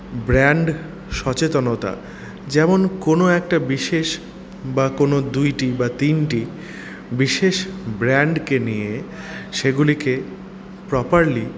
brand সচেতনতা যেমন কোনও একটা বিশেষ বা কোনও দুইটি বা তিনটি বিশেষ ব্র্যান্ডকে নিয়ে সেগুলিকে প্রপারলি